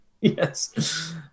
Yes